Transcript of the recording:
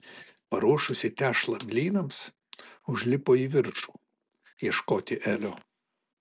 paruošusi tešlą blynams užlipo į viršų ieškoti elio